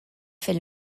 fil